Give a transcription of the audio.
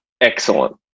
Excellent